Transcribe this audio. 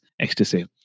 ecstasy